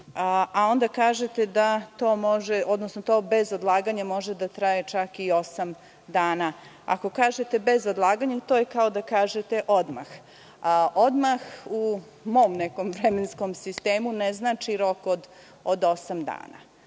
a onda kažete da to bez odlaganja može da traje čak i osam dana. Ako kažete bez odlaganja, to je kao da kažete odmah. Odmah u mom nekom vremenskom sistemu ne znači rok od osam dana.